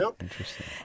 interesting